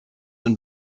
and